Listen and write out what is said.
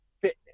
fitness